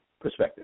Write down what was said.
Perspective